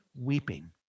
weeping